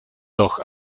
doch